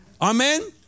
Amen